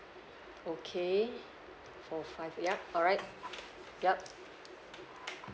okay for five ya correct yup